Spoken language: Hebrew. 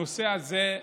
הנושא הזה,